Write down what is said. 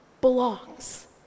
belongs